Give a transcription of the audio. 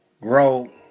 grow